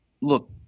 Look